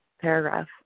paragraph